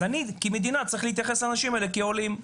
אז אני כמדינה צריך להתייחס לאנשים האלה כעולים.